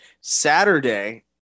Saturday